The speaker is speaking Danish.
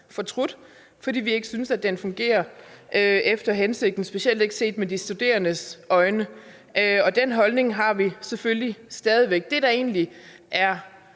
fortrudt det, fordi vi ikke synes, den fungerer efter hensigten, specielt ikke set med de studerendes øjne. Den holdning har vi selvfølgelig stadig væk. Det, der egentlig er